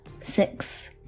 six